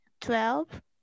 Twelve